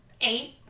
eight